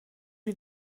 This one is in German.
wir